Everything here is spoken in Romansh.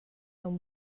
aunc